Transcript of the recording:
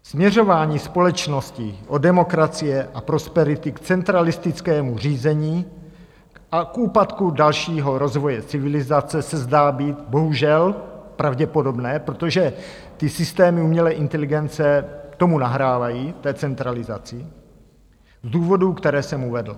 Směřování společnosti od demokracie a prosperity k centralistickému řízení a k úpadku dalšího rozvoje civilizace se zdá být bohužel pravděpodobné, protože ty systémy umělé inteligence tomu nahrávají, té centralizaci, z důvodů, které jsem uvedl.